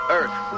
earth